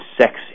sexy